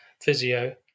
physio